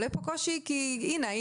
הנה,